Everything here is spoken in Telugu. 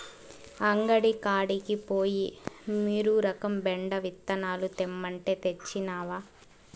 అంగడి కాడికి పోయి మీలురకం బెండ విత్తనాలు తెమ్మంటే, తెచ్చినవా